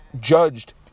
judged